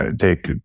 take